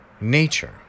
nature